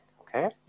Okay